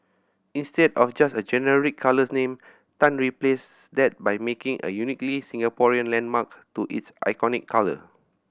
instead of just a generic colour name Tan replaced that by matching a uniquely Singaporean landmark to its iconic colour